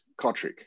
Kotrick